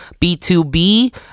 B2B